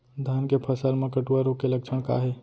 धान के फसल मा कटुआ रोग के लक्षण का हे?